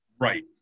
Right